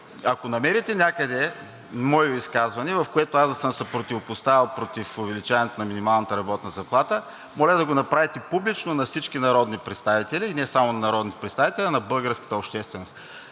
ако намерите някъде мое изказване, в което да съм се противопоставил против увеличаването на минималната работна заплата, моля да го направите публично пред всички народни представители – и не само пред народните представители, а и пред българската общественост.